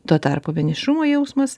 tuo tarpu vienišumo jausmas